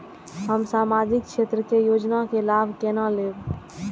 हम सामाजिक क्षेत्र के योजना के लाभ केना लेब?